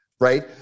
right